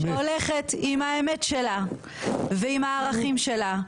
שהולכת עם האמת שלה ועם הערכים שלה,